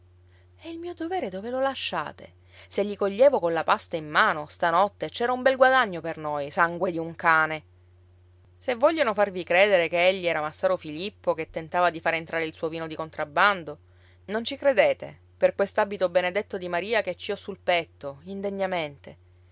e il mio dovere dove lo lasciate se li coglievo colla pasta in mano stanotte c'era un bel guadagno per noi sangue di un cane se vogliono farvi credere che egli era massaro filippo che tentava di far entrare il suo vino di contrabbando non ci credete per quest'abito benedetto di maria che ci ho sul petto indegnamente